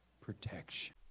protection